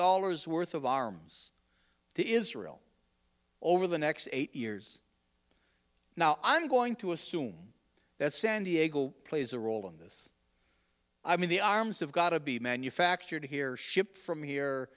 dollars worth of arms to israel over the next eight years now i'm going to assume that san diego plays a role in this i mean the arms have got to be manufactured here shipped from here